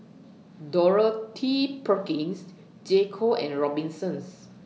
Dorothy Perkins J Co and Robinsons